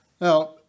Now